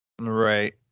right